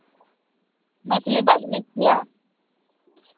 मैथिली बाजि लै छियै